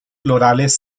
florales